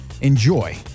enjoy